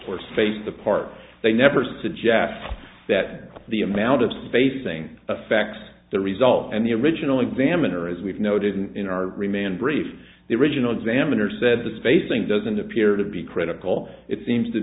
or face the part they never suggest that the amount of spacing affects the result and the original examiner as we've noted in our remand brief the original examiner said the spacing doesn't appear to be critical it seems to